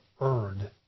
earned